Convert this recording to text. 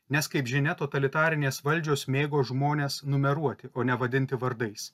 nes kaip žinia totalitarinės valdžios mėgo žmones numeruoti o ne vadinti vardais